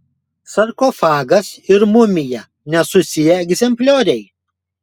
sarkofagas ir mumija nesusiję egzemplioriai